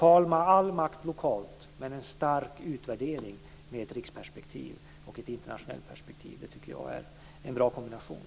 All makt ska finnas lokalt, men det ska göras en stark utvärdering med riksperspektiv och ett internationellt perspektiv. Det tycker jag är en bra kombination.